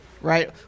Right